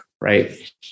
right